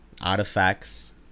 artifacts